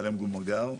מגער.